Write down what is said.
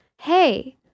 hey